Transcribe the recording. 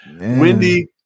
Wendy